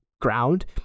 ground